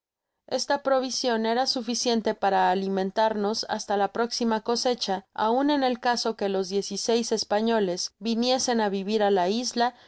esta provision era suficiente para alimentamos hasta la próxima cosecha aun en el caso que los diez y seis epañoles viniesen á vivir á la isla